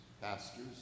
pastors